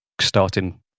starting